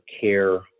care